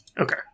Okay